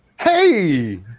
Hey